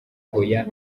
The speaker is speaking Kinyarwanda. hoya